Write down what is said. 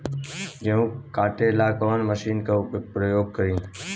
गेहूं काटे ला कवन मशीन का प्रयोग करी?